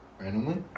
Randomly